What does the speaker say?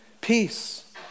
peace